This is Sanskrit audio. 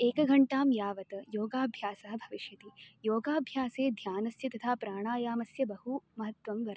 एकघण्टां यावत् योगाभ्यासः भविष्यति योगाभ्यासे ध्यानस्य तथा प्राणायामस्य बहु महत्वं वर्तते